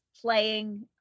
playing